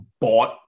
bought